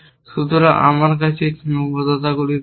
সুতরাং আমার কাছে এই সীমাবদ্ধতাগুলি রয়েছে